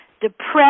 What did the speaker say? depressed